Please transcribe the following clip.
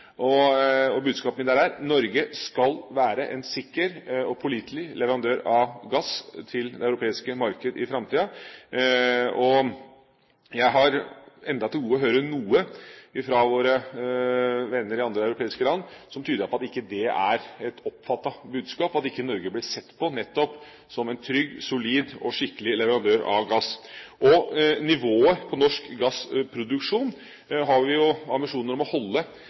av temaene. Budskapet mitt der var at Norge skal være en sikker og pålitelig leverandør av gass til det europeiske markedet i framtida. Jeg har ennå til gode å høre noe fra våre venner i andre europeiske land som tyder på at ikke det er et oppfattet budskap – at ikke Norge blir sett på nettopp som en trygg, solid og skikkelig leverandør av gass. Norsk gassproduksjon har vi ambisjoner om å holde